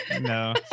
no